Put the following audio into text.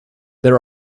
there